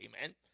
amen